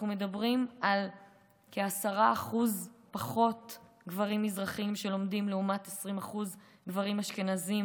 אנחנו מדברים על כ-10% גברים מזרחים לעומת 20% גברים אשכנזים